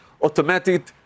automatic